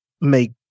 make